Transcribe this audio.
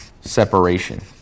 separation